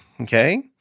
okay